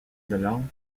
delorme